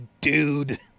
dude